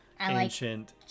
ancient